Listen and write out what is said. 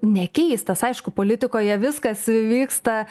nekeistas aišku politikoje viskas vyksta